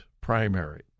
primary